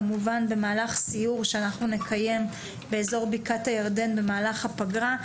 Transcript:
כמובן במהלך סיור שאנחנו נקיים באיזור בקעת הירדן במהלך הפגרה,